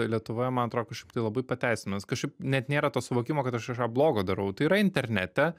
lietuvoje man atrodo kažkaip tai labai pateisinamas kažkaip net nėra to suvokimo kad aš kažką blogo darau tai yra internete